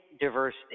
diversity